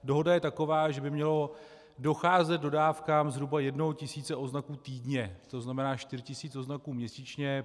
Dohoda je taková, že by mělo docházet k dodávkám zhruba jednoho tisíce odznaků týdně, tzn. čtyři tisíce odznaků měsíčně.